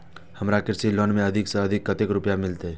हमरा कृषि लोन में अधिक से अधिक कतेक रुपया मिलते?